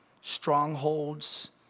Strongholds